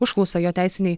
užklausa jo teisinei